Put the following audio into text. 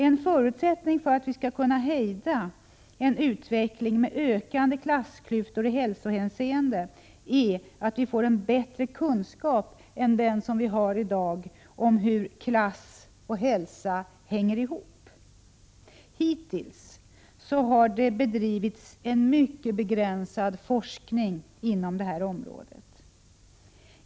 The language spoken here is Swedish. En förutsättning för att vi skall kunna hejda en utveckling med ökande klassklyftor i hälsohänseende är att vi får en bättre kunskap än den vi har i dag om hur klass och hälsa hänger samman. Hittills har det bedrivits en mycket begränsad forskning inom detta område.